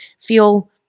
feel